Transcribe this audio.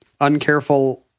uncareful